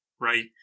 right